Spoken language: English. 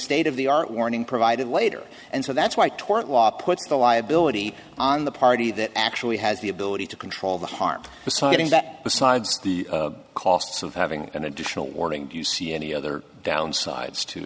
state of the art warning provided later and so that's why tort law puts the liability on the party that actually has the ability to control the harm citing that besides the costs of having an additional warning do you see any other downsides to